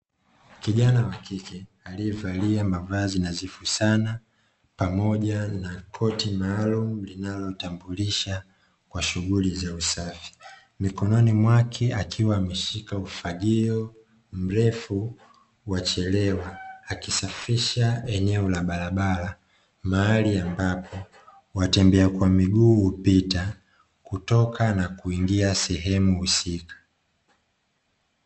Kijana wa kike aliyevalia mavazi nadhifu sana pamoja na koti maalum linalotambulisha kwa shughuli za usafi, mikononi mwake akiwa ameshika ufagio mrefu wa chelewa, akisafisha eneo la barabara mahali ambapo watembea kwa miguu hupita hutoka na kuingia sehemu husika.